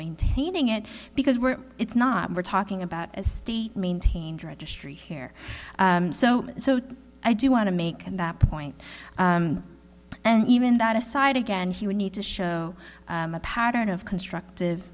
maintaining it because we're it's not we're talking about a state maintained registry here so i do want to make that point and even that aside again he would need to show a pattern of constructive